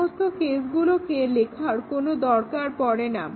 সমস্ত কেসগুলোকে লেখার কোনো দরকার পড়েনা